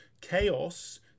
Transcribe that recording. chaos